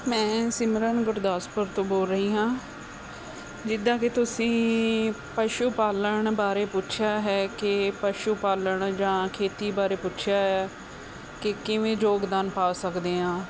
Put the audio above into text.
ਮੈਂ ਸਿਮਰਨ ਗੁਰਦਾਸਪੁਰ ਤੋਂ ਬੋਲ ਰਹੀ ਹਾਂ ਜਿੱਦਾਂ ਕਿ ਤੁਸੀਂ ਪਸ਼ੂ ਪਾਲਣ ਬਾਰੇ ਪੁੱਛਿਆ ਹੈ ਕਿ ਪਸ਼ੂ ਪਾਲਣ ਜਾਂ ਖੇਤੀ ਬਾਰੇ ਪੁੱਛਿਆ ਹੈ ਕਿ ਕਿਵੇਂ ਯੋਗਦਾਨ ਪਾ ਸਕਦੇ ਹਾਂ